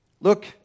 Look